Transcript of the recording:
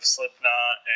Slipknot